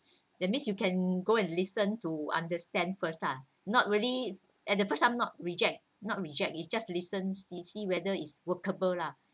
that means you can go and listen to understand first lah not really at the first I'm not reject not reject you just listen see see whether is workable lah